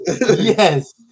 Yes